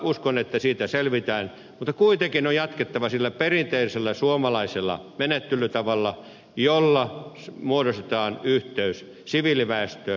uskon että siitä selvitään mutta kuitenkin on jatkettava sillä perinteisellä suomalaisella menettelytavalla jolla muodostetaan yhteys siviiliväestöön